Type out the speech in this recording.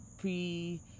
pre